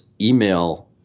email